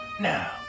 Now